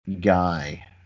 guy